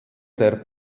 der